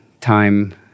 time